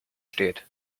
steht